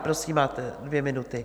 Prosím, máte dvě minuty.